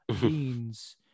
beans